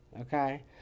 Okay